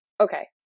Okay